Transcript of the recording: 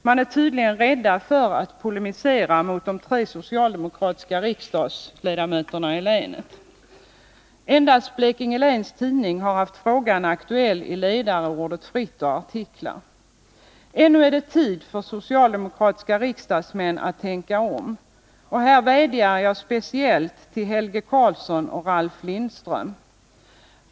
Man är tydligen rädd för att polemisera mot de tre socialdemokratiska riksdagsmännen i länet. Endast Blekinge Läns Tidning har haft frågan aktuell i ledare, ordet fritt och artiklar. Ännu är det tid för socialdemokratiska riksdagsmän att tänka om. Här vädjar jag speciellt till Helge Karlsson och Ralf Lindström.